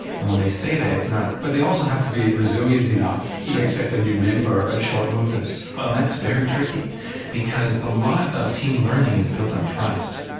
and when they say that it's not. but they also have to be resilient enough to accept a new member at short notice. well that's very tricky because a lot of team learning is built on trust,